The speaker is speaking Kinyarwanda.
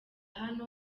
hano